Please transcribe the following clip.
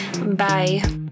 Bye